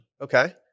Okay